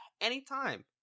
anytime